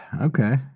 okay